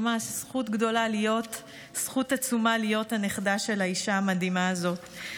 ממש זכות גדולה ועצומה להיות הנכדה של האישה המדהימה הזאת.